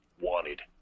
wanted